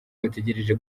bategereje